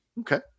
Okay